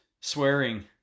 swearing